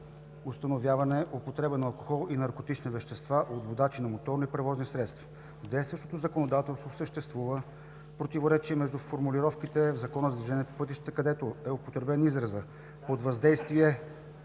установяване употребата на алкохол и наркотични вещества от водачи на моторни превозни средства. В действащото законодателство съществува противоречие между формулировките в Закона за движението по пътищата, където е употребен изразът „под въздействие“